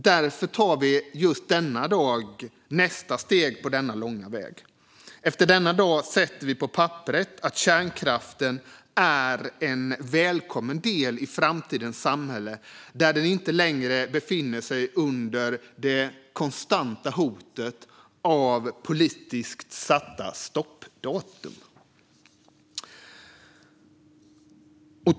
Därför tar vi just denna dag nästa steg på denna långa väg. Efter denna dag sätter vi på papperet att kärnkraften är en välkommen del i framtidens samhälle, där den inte längre befinner sig under det konstanta hotet av politiskt satta stoppdatum.